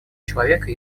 человека